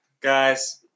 guys